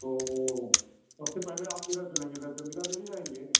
तो सबसे पहले आप किधर चलेंगे चन्द्रिका देवी जाएँगे